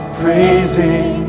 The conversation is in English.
praising